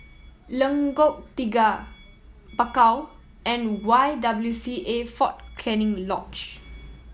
Lengkok Tiga Bakau and Y W C A Fort Canning Lodge